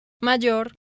mayor